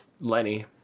Lenny